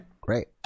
Great